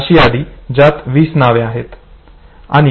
अशी यादी ज्यात 20 नावे आहेत